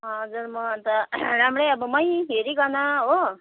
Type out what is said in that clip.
हजुर म त राम्रै अब मै हेरिकन हो